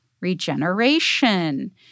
regeneration